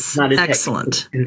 Excellent